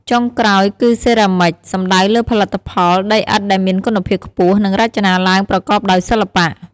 ចុងក្រោយគឺសេរ៉ាមិច សំដៅលើផលិតផលដីឥដ្ឋដែលមានគុណភាពខ្ពស់ និងរចនាឡើងប្រកបដោយសិល្បៈ។